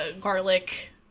garlic